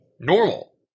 normal